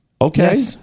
Okay